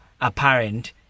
apparent